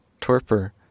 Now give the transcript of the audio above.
torpor